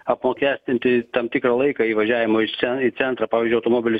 apmokestinti tam tikrą laiką įvažiavimo į sen centrą pavyzdžiui automobilis